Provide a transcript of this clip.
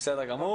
בסדר גמור.